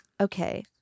Okay